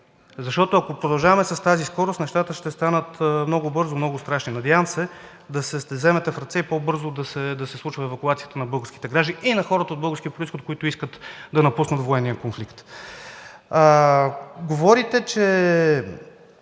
Защото, ако продължаваме с тази скорост, нещата ще станат много бързо много страшни. Надявам се да се вземете в ръце и по-бързо да се случва евакуацията на българските граждани и на хората от български произход, които искат да напуснат военния конфликт. Очаквах